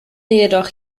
jedoch